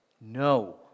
No